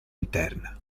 interna